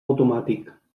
automàtic